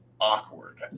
awkward